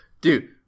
Dude